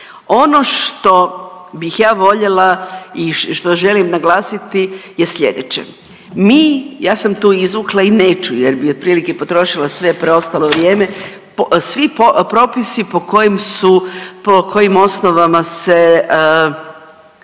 Ono što bih ja voljela i što želim naglasiti je slijedeće. Mi, ja sam tu izvukla i neću jer bi otprilike potrošila sve preostalo vrijeme, svi propisi po kojem su, po